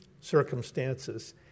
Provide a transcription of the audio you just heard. circumstances